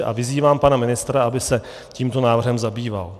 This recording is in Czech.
A vyzývám pana ministra, aby se tímto návrhem zabýval.